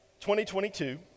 2022